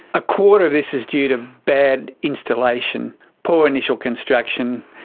a quarter of this is due to bad installation, poor initial construction,